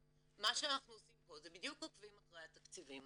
מה שאנחנו עושים פה זה בדיוק עוקבים אחרי התקציבים.